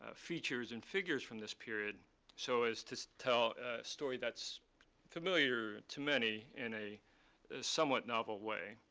ah features and figures from this period so as to tell a story that's familiar to many in a somewhat novel way.